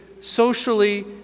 socially